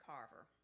Carver